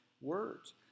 words